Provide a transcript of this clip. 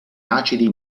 acidi